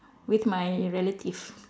with my relative